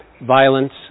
violence